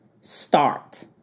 start